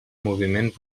moviment